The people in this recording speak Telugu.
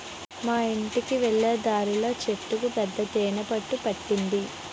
మా యింటికి వెళ్ళే దారిలో చెట్టుకు పెద్ద తేనె పట్టు పట్టింది